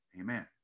Amen